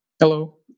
Hello